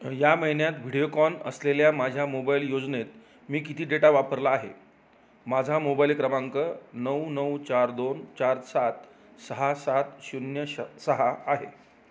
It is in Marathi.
या महिन्यात व्हिडिओकॉन असलेल्या माझ्या मोबाईल योजनेत मी किती डेटा वापरला आहे माझा मोबाईल क्रमांक नऊ नऊ चार दोन चार सात सहा सात शून्य श सहा आहे